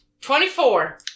twenty-four